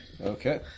Okay